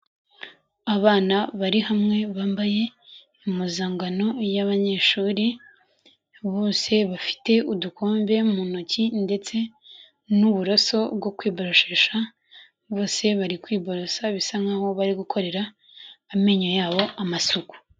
Abana bari hamwe bambaye impuzangano y'abanyeshuri. Bose bafite udukombe mu ntoki ndetse n'uburoso bwo kwiboroshesha. Bose bari kwiborosa bisa nkaho bari gukorera amenyo yabo amasuku.